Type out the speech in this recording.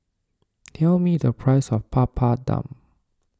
tell me the price of Papadum